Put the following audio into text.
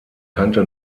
kannte